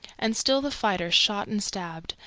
and still the fighters shot and stabbed,